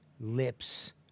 lips